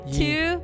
two